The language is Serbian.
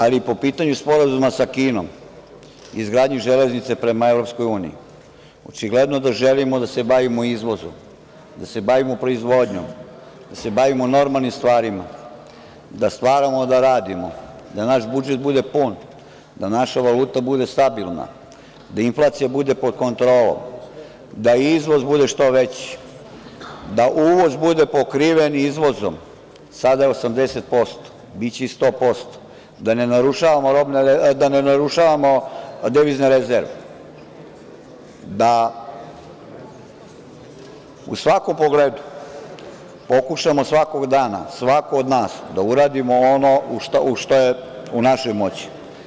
Ali, po pitanju sporazuma sa Kinom i izgradnji železnice prema Evropskoj uniji, očigledno da želimo da se bavimo izvozom, da se bavimo proizvodnjom, da se bavimo normalnim stvarima, da stvaramo, da radimo, da naš budžet bude pun, da naša valuta bude stabilna, da inflacija bude pod kontrolom, da izvoz bude što veći, da uvoz bude pokriven izvozom - sada je 80%, ali biće i 100%, da ne narušavamo devizne rezerve, da u svakom pogledu pokušamo svakog dana, svako od nas, da uradimo ono što je u našoj moći.